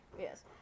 Yes